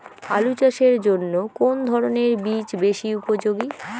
আলু চাষের জন্য কোন ধরণের বীজ বেশি উপযোগী?